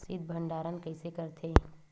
शीत भंडारण कइसे करथे?